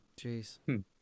Jeez